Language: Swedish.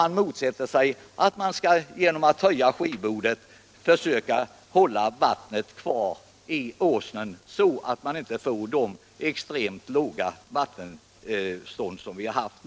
Han motsätter sig också att man genom att höja skiborden skall försöka hålla kvar vattnet i Åsnen så att man inte får det extremt låga vattenstånd som vi nu har haft.